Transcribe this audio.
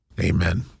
amen